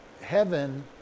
heaven